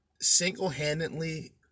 single-handedly